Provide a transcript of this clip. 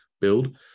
Build